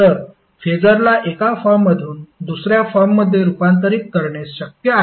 तर फेसरला एका फॉर्ममधून दुसर्या फॉर्ममध्ये रुपांतरित करणे शक्य आहे